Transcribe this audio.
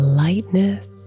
lightness